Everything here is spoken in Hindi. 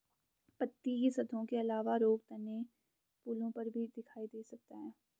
पत्ती की सतहों के अलावा रोग तने और फूलों पर भी दिखाई दे सकता है